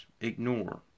ignore